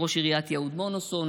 ראש עיריית יהוד-מונסון,